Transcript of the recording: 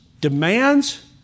demands